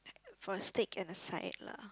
for a steak and a side lah